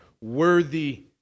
worthy